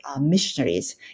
missionaries